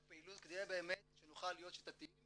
הפעילות כדי באמת שנוכל להיות שיטתיים